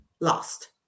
lost